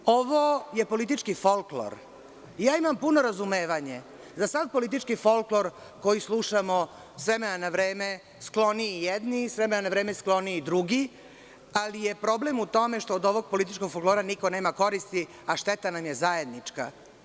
Ovo je politički folklor i imam puno razumevanje za sav politički folklor koji slušamo s vremena na vreme skloniji jedni i s vremena na vreme skloniji drugi, ali je problem u tome što od tog političkog folklora nema koristi, a šteta nam je zajednička.